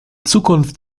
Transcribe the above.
zukunft